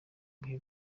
bihe